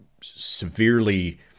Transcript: severely